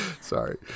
Sorry